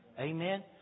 Amen